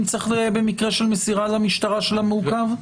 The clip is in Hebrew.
אם צריך במקרה של מסירה למשטרה של המעוכב?